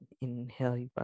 Inhale